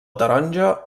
taronja